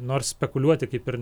nors spekuliuoti kaip ir